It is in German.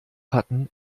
hatten